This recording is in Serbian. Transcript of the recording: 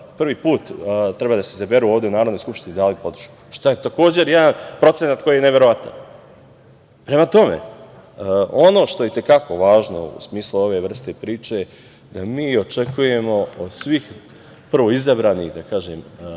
prvi put treba da se izaberu ovde u Narodnoj skupštini dali podršku, što je takođe jedan procenat koji je neverovatan. Prema tome, ono što je i te kako važno u smislu ove vrste i priče, da mi očekujemo od svih prvoizabranih, da kažem,